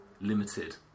Limited